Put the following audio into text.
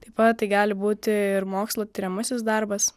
taip pat tai gali būti ir mokslo tiriamasis darbas